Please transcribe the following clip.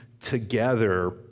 together